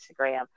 Instagram